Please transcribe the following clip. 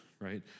right